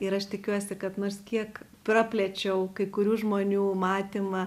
ir aš tikiuosi kad nors kiek praplėčiau kai kurių žmonių matymą